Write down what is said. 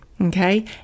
Okay